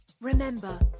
Remember